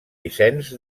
vicenç